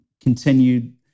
continued